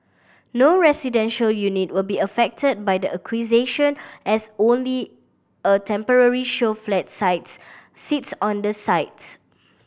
no residential unit will be affected by the acquisition as only a temporary show flats sites sits on the sites